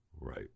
right